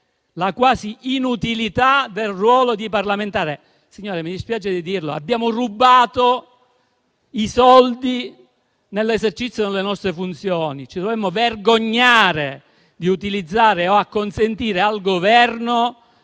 quasi l'inutilità del ruolo di parlamentari. Mi dispiace dirlo, signori, ma abbiamo rubato i soldi nell'esercizio delle nostre funzioni; ci dovremmo vergognare di utilizzare o di consentire al Governo